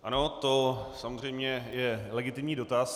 Ano, to je samozřejmě legitimní dotaz.